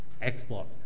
export